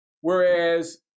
Whereas